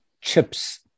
chips